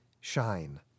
shine